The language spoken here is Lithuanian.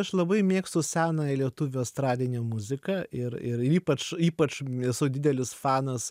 aš labai mėgstu senąją lietuvių estradinę muziką ir ir ir ypač ypač esu didelis fanas